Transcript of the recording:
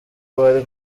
bari